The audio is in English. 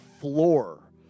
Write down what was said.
floor